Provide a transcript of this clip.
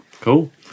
Cool